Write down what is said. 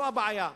זו הבעיה,